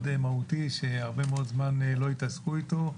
מהותי שהרבה מאוד זמן לא התעסקו איתו.